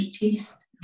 taste